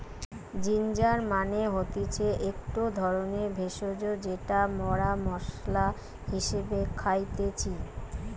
ginger মানে হতিছে একটো ধরণের ভেষজ যেটা মরা মশলা হিসেবে খাইতেছি